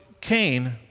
Cain